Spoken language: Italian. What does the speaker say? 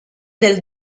del